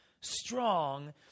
strong